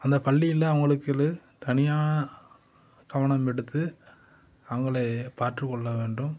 அந்த பள்ளியில் அவங்களுக்களு தனியாக கவனம் எடுத்து அவங்களை பார்த்து கொள்ளவேண்டும்